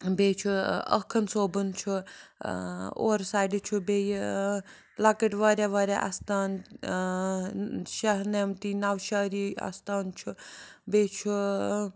بیٚیہِ چھُ آکھَن صٲبُن چھُ اورٕ سایڈِ چھُ بیٚیہِ لۄکٕٹۍ واریاہ واریاہ اَستان شاہنمتی نَوشہری اَستان چھُ بیٚیہِ چھُ